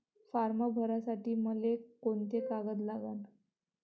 Form भरासाठी मले कोंते कागद लागन?